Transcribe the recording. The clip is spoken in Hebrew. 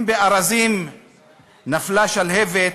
אם בארזים נפלה שלהבת,